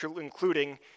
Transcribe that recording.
including